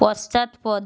পশ্চাৎপদ